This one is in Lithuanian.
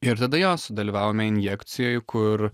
ir tada jo sudalyvavome injekcijoj kur